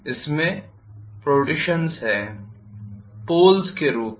इसमें प्रोट्रूषन्स है पोल्स के रूप में